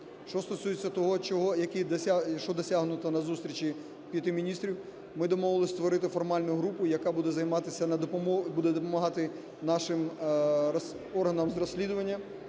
Що стосується того, що досягнуто на зустрічі п'яти міністрів. Ми домовились створити формальну групу, яка буде займатися, буде допомагати нашим органам з розслідуванням.